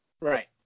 right